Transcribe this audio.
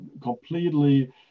completely